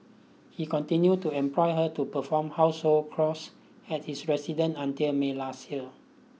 he continued to employ her to perform household at his residence until May last year